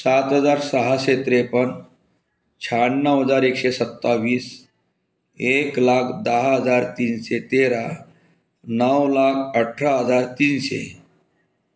सात हजार सहाशे त्रेपन्न शहाण्णव हजार एकशे सत्तावीस एक लाख दहा हजार तीनशे तेरा नऊ लाख अठरा हजार तीनशे